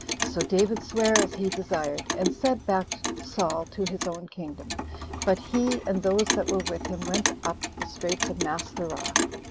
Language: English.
so david sware as he desired, and sent back saul to his own kingdom but he, and those that were with him, went up the straits of mastheroth.